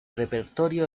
repertorio